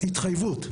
התחייבות,